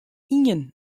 ien